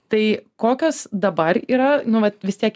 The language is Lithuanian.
tai kokios dabar yra nu vat vis tiek